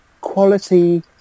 quality